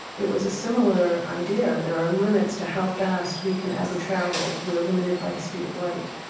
it was a similar idea. there are limits to how fast we can ever travel. we are limited by the speed of light.